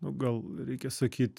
nu gal reikia sakyt